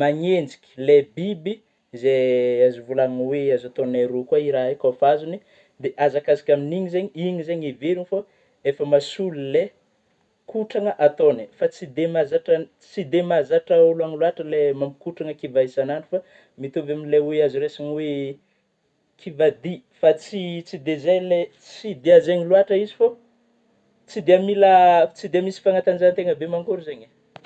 magnenjika ilay biby zay azo volagnina oe, azo ataognay roa kôa raha io zany kôa efa azony de hazakazaka aminy igny zegny, igny zany everiny fo efa mahasolo le kotrana ataony, fa tsy de mahazatra tsy de mahazatra ôlô any loatra ilay mampikotrana kivah isan'andro fa mitovy amin'ilay hoe azo raisigna oe kivah dy fa tsy, tsy dia zay le ,tsy de zegny loatra izy fo, tsy dia mila ,tsy de misy fanatanjahantena ba manakôry zeigny ny e.